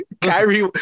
Kyrie